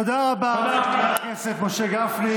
תודה רבה, חבר הכנסת משה גפני.